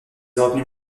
orgues